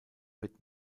wird